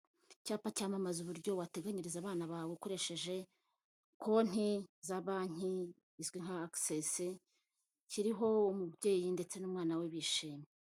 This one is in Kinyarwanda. Icyapa cyamamaza uburyo wateganyiriza abana bawe ukoresheje konti za banki izwi nka akisese kiriho umubyeyi ndetse n'umwana we bishimye.